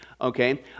okay